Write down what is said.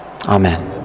Amen